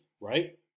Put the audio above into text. right